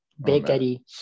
Bakery